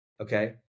Okay